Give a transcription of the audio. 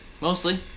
mostly